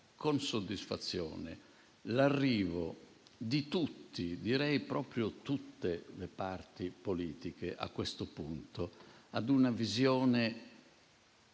con soddisfazione l'arrivo di tutti - direi proprio di tutte le parti politiche, a questo punto - a una visione